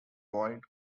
boyd